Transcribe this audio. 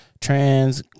Trans